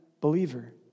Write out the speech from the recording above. believer